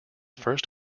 first